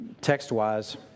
text-wise